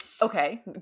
Okay